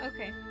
Okay